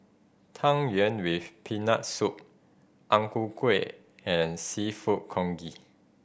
Tang Yuen with Peanut Soup Ang Ku Kueh and Seafood Congee